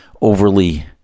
overly